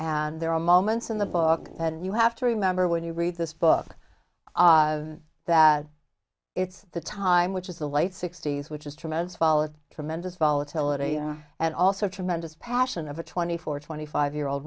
and there are moments in the book and you have to remember when you read this book that it's the time which is the late sixty's which is tremendous fall of tremendous volatility and also tremendous passion of a twenty four twenty five year old